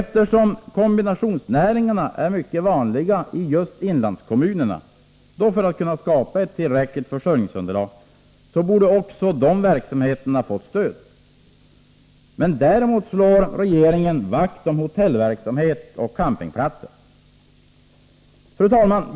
Eftersom kombinationsnäringarna är mycket vanliga i inlandet, för att kunna skapa tillräckligt försörjningsunderlag, borde dessa också ha fått stöd. Däremot slår regeringen vakt om hotellverksamhet och campingplatser. Fru talman!